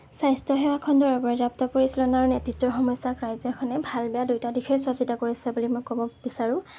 স্বাস্থ্য সেৱা খণ্ডৰ পৰিচালনাৰ নেতৃত্বৰ সমস্যাক ৰাজ্যখনে ভাল বেয়া দুইটা দিশেই চোৱা চিতা কৰিছে বুলি মই ক'ব বিচাৰোঁ